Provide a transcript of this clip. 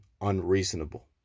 unreasonable